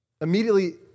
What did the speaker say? immediately